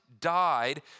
died